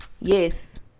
Yes